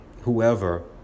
whoever